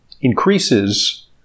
increases